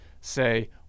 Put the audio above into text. say